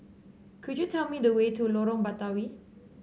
could you tell me the way to Lorong Batawi